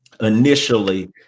initially